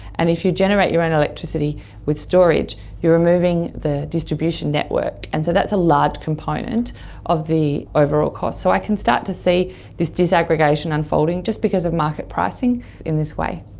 and if you generate your own electricity with storage you are removing the distribution network. and so that's a large component of the overall costs. so i can start to see this disaggregation unfolding, just because of the market pricing in this way.